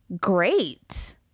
great